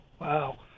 Wow